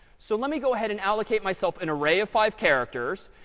so let me go ahead and allocate myself an array of five characters.